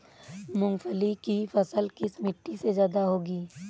मूंगफली की फसल किस मिट्टी में ज्यादा होगी?